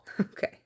Okay